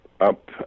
up